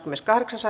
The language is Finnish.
asia